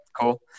cool